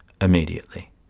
immediately